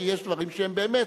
כי יש דברים שהם באמת,